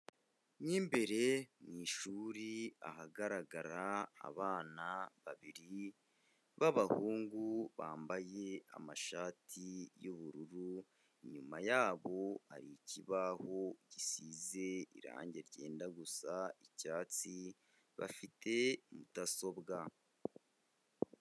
Mo imbere mu ishuri ahagaragara abana babiri b'abahungu bambaye amashati y'ubururu, inyuma yabo hari ikibaho gisize irangi ryenda gusa icyatsi, bafite mudasobwa.